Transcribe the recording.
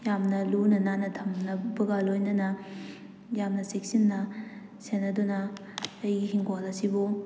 ꯌꯥꯝꯅ ꯂꯨꯅ ꯅꯥꯟꯅ ꯊꯝꯅꯕꯒ ꯂꯣꯏꯅꯅ ꯌꯥꯝꯅ ꯆꯦꯛꯁꯤꯟꯅ ꯁꯦꯟꯅꯗꯨꯅ ꯑꯩꯒꯤ ꯍꯤꯡꯒꯣꯜ ꯑꯁꯤꯕꯨ